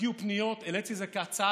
הגיעו פניות והעליתי את זה כהצעה,